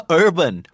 urban